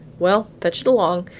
well, fetch it along,